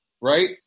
right